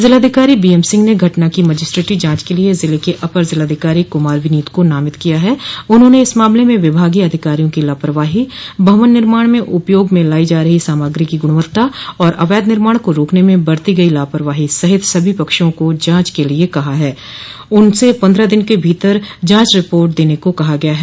जिलाधिकारी बीएमसिंह ने घटना की मजिस्ट्रेटी जांच के लिए जिले के अपर जिलाधिकारो कुमार विनीत को नामित किया है उन्होंने इस मामले में विभागीय अधिकारियों की लापरवाही भवन निर्माण में उपयोग में लाई जा रही सामग्री की गुणवत्ता और अवैध निर्माण को रोकने में बरती गई लापरवाही सहित सभी पक्षों को जांच के लिए कहा है उनसे पन्द्रह दिनों के भीतर जांच रिपोर्ट देने को कहा गया है